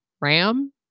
RAM